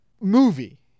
movie